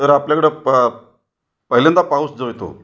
तर आपल्याकडं प पहिल्यांदा पाऊस जो येतो